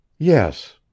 yes